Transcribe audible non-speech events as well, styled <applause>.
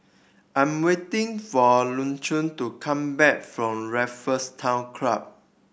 I am waiting for <unintelligible> to come back from Raffles Town Club